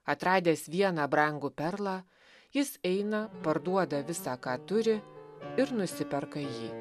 atradęs vieną brangų perlą jis eina parduoda visa ką turi ir nusiperka jį